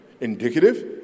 Indicative